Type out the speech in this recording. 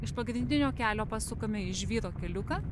iš pagrindinio kelio pasukame į žvyro keliuką